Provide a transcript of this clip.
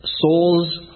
souls